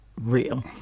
real